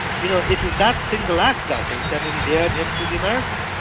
you know, it was that single act i think that endeared him to the americans.